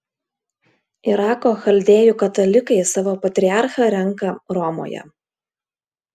irako chaldėjų katalikai savo patriarchą renka romoje